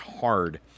hard